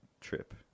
trip